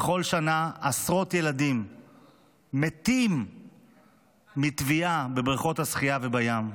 בכל שנה עשרות ילדים מתים מטביעה בבריכות השחייה ובים.